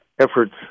efforts